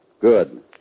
Good